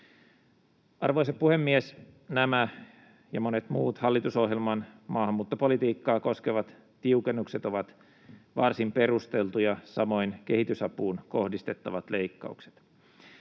Arvoisa puhemies! Nämä ja monet muut hallitusohjelman maahanmuuttopolitiikkaa koskevat tiukennukset ovat varsin perusteltuja, samoin kehitysapuun kohdistettavat leikkaukset.